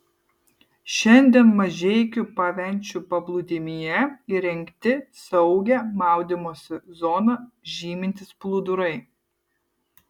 šiandien mažeikių pavenčių paplūdimyje įrengti saugią maudymosi zoną žymintys plūdurai